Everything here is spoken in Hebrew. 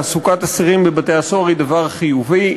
תעסוקת אסירים בבתי-הסוהר היא דבר חיובי,